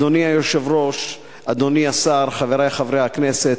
אדוני היושב-ראש, אדוני השר, חברי חברי הכנסת,